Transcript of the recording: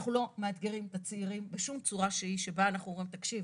אנחנו לא מאתגרים את הצעירים בשום צורה שהיא שבה אנחנו אומרים 'תקשיב,